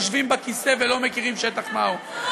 יושבים בכיסא ולא מכירים שטח מה הוא.